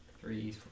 Three